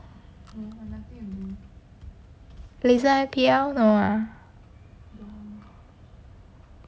laser I_P_L no ah